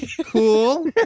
cool